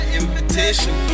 invitation